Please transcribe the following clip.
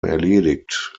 erledigt